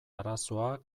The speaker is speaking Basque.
arazoa